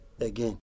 Again